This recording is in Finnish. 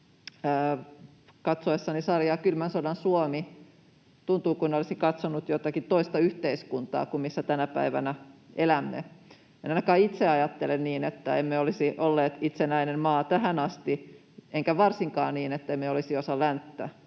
Katsoessani sarjaa ”Kylmän sodan Suomi” tuntui kuin olisi katsonut jotakin toista yhteiskuntaa kuin missä tänä päivänä elämme. En ainakaan itse ajattele niin, että emme olisi olleet itsenäinen maa tähän asti, enkä varsinkaan niin, ettemme olisi osa länttä.